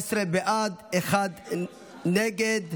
17 בעד, אחד נגד.